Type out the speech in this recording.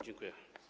Dziękuję.